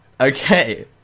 Okay